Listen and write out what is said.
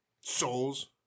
Souls